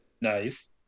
Nice